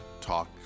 talk